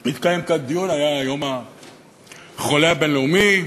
התקיים כאן דיון, היה יום החולה הבין-לאומי,